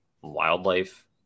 wildlife